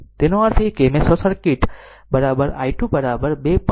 તેનો અર્થ એ કે મેં શોર્ટ સર્કિટ i2 2